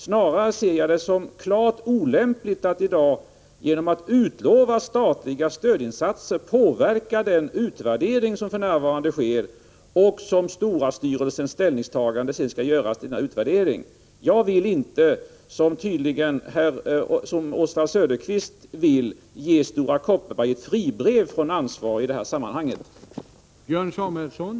Snarare ser jag det som klart olämpligt att idag, genom att utlova statliga stödinsatser, påverka den utvärdering som för närvarande sker och som Storastyrelsen skall ta ställning till. Jag vill — i motsats till vad Oswald Söderqvist tydligen vill — inte ge Stora Kopparberg fribrev när det gäller ansvaret i detta sammanhang.